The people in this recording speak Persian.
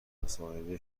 مصاحبه